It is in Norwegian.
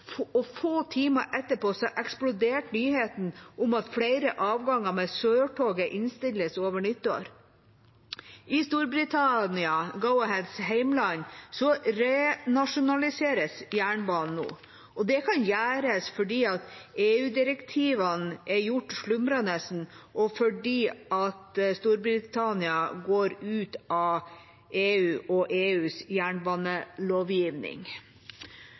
Få timer etterpå eksploderte nyheten om at flere avganger med Sørtoget innstilles over nyttår. I Storbritannia, Go-Aheads hjemland, renasjonaliseres jernbanen nå. Det kan gjøres fordi EU-direktivene er gjort slumrende og fordi Storbritannia går ut av EU og EUs jernbanelovgivning.